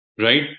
Right